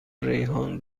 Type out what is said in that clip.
ریحان